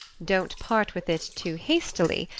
don't part with it too hastily.